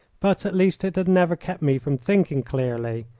but at least it had never kept me from thinking clearly,